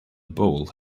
bowl